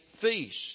feast